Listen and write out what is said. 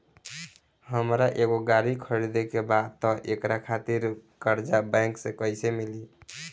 हमरा एगो गाड़ी खरीदे के बा त एकरा खातिर कर्जा बैंक से कईसे मिली?